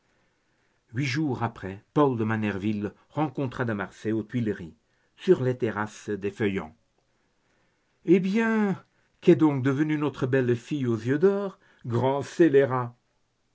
huit jours après paul de manerville rencontra de marsay aux tuileries sur la terrasse des feuillants eh bien qu'est donc devenue notre belle fille aux yeux d'or grand scélérat